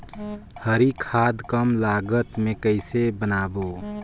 हरी खाद कम लागत मे कइसे बनाबो?